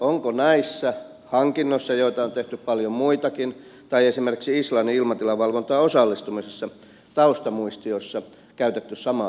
onko näissä hankinnoissa joita on tehty paljon muitakin tai esimerkiksi islannin ilmatilavalvontaan osallistumisessa taustamuistiossa käytetty samaa perustelua